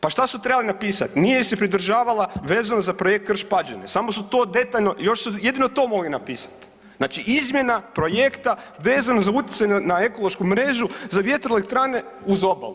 Pa što su trebali napisati, nije se pridržavala vezano za projekt Krš-Pađene, samo su to detaljno, još su jedino to mogli napisat, znači izmjena projekta vezano za utjecaj na ekološku mrežu za vjetroelektrane uz obalu.